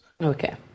Okay